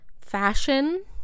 fashion